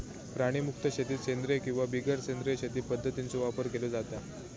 प्राणीमुक्त शेतीत सेंद्रिय किंवा बिगर सेंद्रिय शेती पध्दतींचो वापर केलो जाता